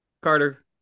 Carter